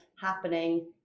happening